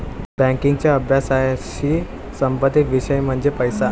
बँकिंगच्या अभ्यासाशी संबंधित विषय म्हणजे पैसा